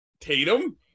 Tatum